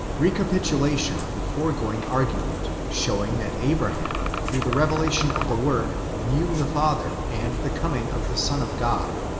recapitulation of the foregoing argument, showing that abraham, through the revelation of the word, knew the father, and the coming of the son of god.